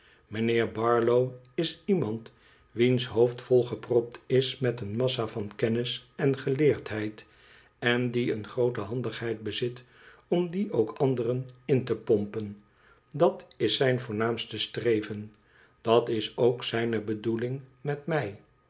mijnheer barlow is iemand wiens hoofd volgepropt is met een massa van kennis en geleerdheid en die een groote handigheid bezit om die ook anderen in te pompen dat is zijn voornaamste streven dat is ook zijne bedoeling met mij